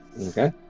Okay